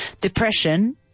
Depression